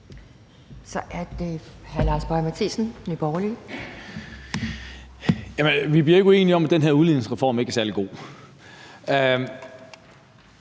Kl. 12:57 Lars Boje Mathiesen (NB): Vi bliver ikke uenige om, at den her udligningsreform ikke er særlig god.